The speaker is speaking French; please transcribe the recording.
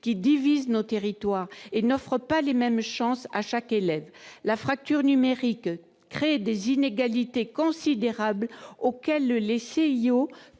qui divise nos territoires et n'offre pas les mêmes chances à chaque élève. La fracture numérique crée des inégalités considérables auxquelles les CIO